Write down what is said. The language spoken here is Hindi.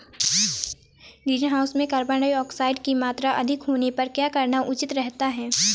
ग्रीनहाउस में कार्बन डाईऑक्साइड की मात्रा अधिक होने पर क्या करना उचित रहता है?